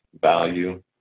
value